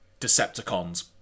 Decepticons